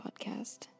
podcast